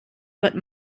but